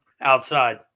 outside